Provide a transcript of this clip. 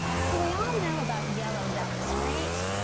so we all know about yellow ducks right?